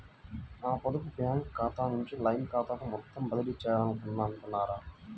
నా పొదుపు బ్యాంకు ఖాతా నుంచి లైన్ ఖాతాకు మొత్తం బదిలీ చేయాలనుకుంటున్నారా?